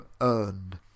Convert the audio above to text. earned